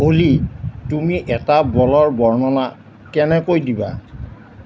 অ'লি তুমি এটা বলৰ বৰ্ণনা কেনেকৈ দিবা